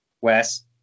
Wes